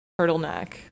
turtleneck